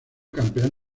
campeón